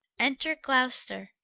enter gloucester.